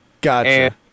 Gotcha